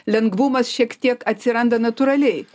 lengvumas šiek tiek atsiranda natūraliai